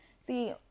see